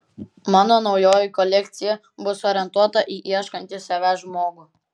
mano naujoji kolekcija bus orientuota į ieškantį savęs žmogų